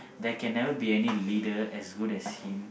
there can never be any leader as good as him